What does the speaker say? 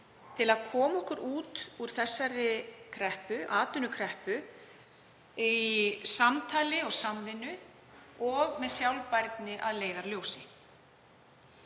til að koma okkur út úr þessari atvinnukreppu í samtali og samvinnu og með sjálfbærni að leiðarljósi.